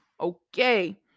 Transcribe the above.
Okay